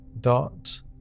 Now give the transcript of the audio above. dot